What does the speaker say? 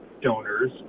donors